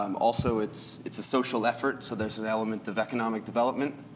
um also it's it's a social effort, so there's an element of economic development,